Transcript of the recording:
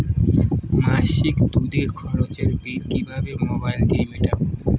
মাসিক দুধের খরচের বিল কিভাবে মোবাইল দিয়ে মেটাব?